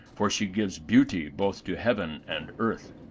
for she gives beauty both to heaven and earth.